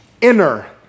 inner